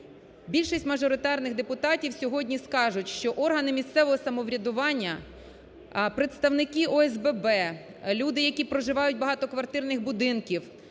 Більшість мажоритарних депутатів сьогодні скажуть, що органи місцевого самоврядування: представники ОСББ; люди, які проживають в багатоквартирних будинках,